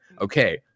Okay